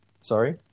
Sorry